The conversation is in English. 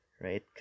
right